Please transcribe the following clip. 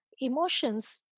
emotions